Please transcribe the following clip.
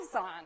on